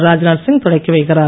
ராஜ்நாத் சிங் தொடக்கி வைக்கிறார்